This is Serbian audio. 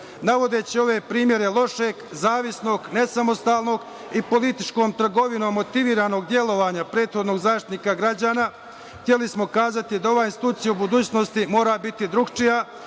građana. Navodeći ove primere lošeg, zavisnog, ne samostalnog i političkom trgovinom motiviranog delovanja prethodnog Zaštitnika građana, hteli smo da kažemo da ova institucija u budućnosti mora biti drugačija,